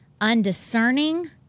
Undiscerning